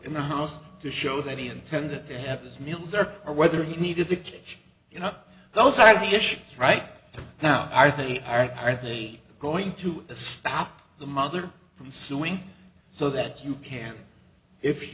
in the house to show that he intended to have his meals or or whether he needed big change you know those are the issues right now are they are are they going to stop the mother from suing so that you can if